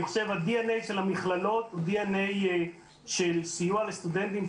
אני חושב שה-DNA של המכללות הוא DNA של סיוע לסטודנטים.